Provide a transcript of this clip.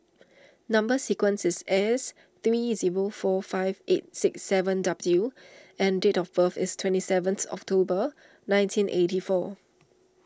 Number Sequence is S three zero four five eight six seven W and date of birth is twenty seventh October nineteen eighty four